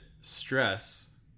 stress